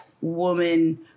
woman